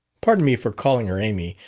pardon me for calling her amy,